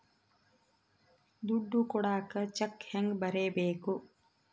ದುಡ್ಡು ಕೊಡಾಕ ಚೆಕ್ ಹೆಂಗ ಬರೇಬೇಕು?